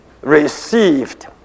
received